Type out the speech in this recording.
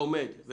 עומדת